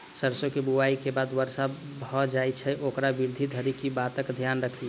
सैरसो केँ बुआई केँ बाद वर्षा भऽ जाय तऽ ओकर वृद्धि धरि की बातक ध्यान राखि?